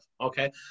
Okay